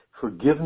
Forgiveness